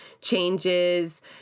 changes